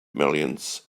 millions